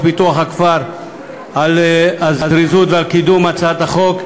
ופיתוח הכפר על הזריזות ועל קידום הצעת החוק,